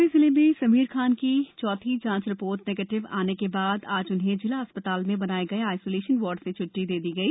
शिवपुरी जिले में समीर खान की चौथी जांच रिपोर्ट निगेटिव रिपोर्ट आने के बाद आज उन्हें जिला चिकित्सालय में बनाए गए आइसोलेशन वार्ड से छुट्टी दे दी गई